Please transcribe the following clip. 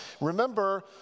Remember